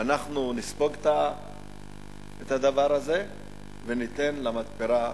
אנחנו נספוג את הדבר הזה וניתן למתפרה.